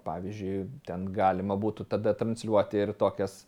pavyzdžiui ten galima būtų tada transliuoti ir tokias